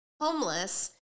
homeless